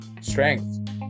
strength